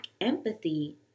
empathy